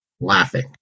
laughing